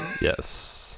Yes